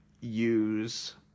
use